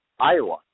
Iowa